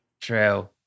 true